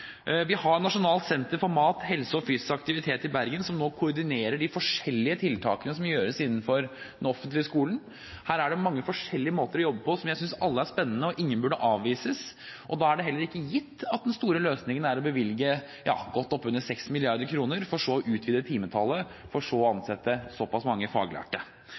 Vi har Nasjonalt senter for mat, helse og fysisk aktivitet i Bergen, som nå koordinerer de forskjellige tiltakene som gjøres innenfor den offentlige skolen. Her er det mange forskjellige måter å jobbe på, som jeg synes alle er spennende og ingen burde avvises. Da er det heller ikke gitt at den store løsningen er å bevilge godt oppunder 6 mrd. kr, for så å utvide timetallet, for så å ansette såpass mange faglærte.